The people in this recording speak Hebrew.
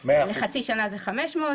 שלחצי שנה זה 500 שקל.